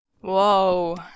Whoa